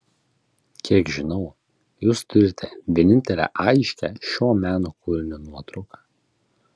kiek žinau jūs turite vienintelę aiškią šio meno kūrinio nuotrauką